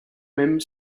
même